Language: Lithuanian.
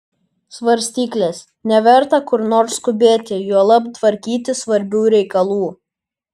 svarstyklės neverta kur nors skubėti juolab tvarkyti svarbių reikalų